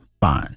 fine